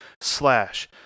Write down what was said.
slash